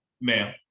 Now